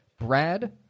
Brad